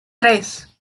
tres